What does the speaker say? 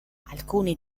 alcuni